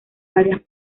varias